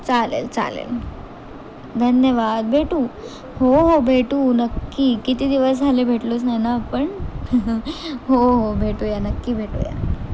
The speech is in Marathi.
चालेल चालेल धन्यवाद भेटू हो हो भेटू नक्की किती दिवस झाले भेटलोच नाही ना आपण हो हो भेटूया नक्की भेटूया